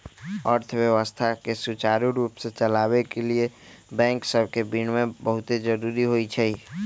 अर्थव्यवस्था के सुचारू रूप से चलाबे के लिए बैंक सभके विनियमन बहुते जरूरी होइ छइ